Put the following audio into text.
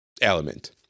element